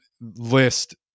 list